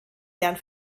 deren